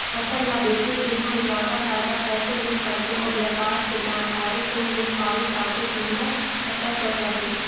फसल ला बेचे के हम जादा फायदा कैसे ले सकबो अउ व्यापार के जानकारी कोन दे पाही ताकि कीमत पता चल सके?